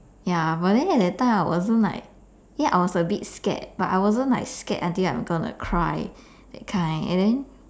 ya but then at that time I wasn't like ya I was a bit scared but I wasn't like scared until I'm gonna cry that kind and then